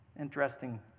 Interesting